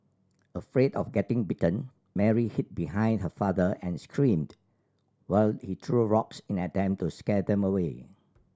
afraid of getting bitten Mary hid behind her father and screamed while he threw rocks in an attempt to scare them away